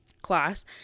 class